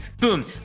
boom